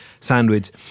sandwich